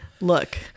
look